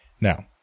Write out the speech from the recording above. Now